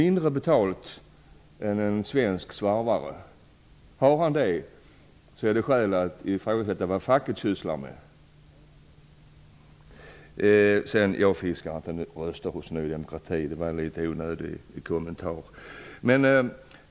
Skulle det vara så att den grekiske svarvaren får mindre betalt finns det skäl att ifrågasätta vad facket sysslar med. Sedan vill jag framhålla att jag inte fiskar röster hos Ny demokrati - det var en litet onödig kommentar.